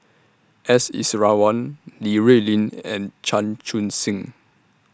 S Iswaran Li Rulin and Chan Chun Sing